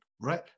right